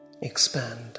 Expand